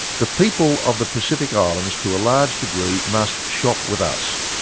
the people of the pacific islands to a large degree must shop with us,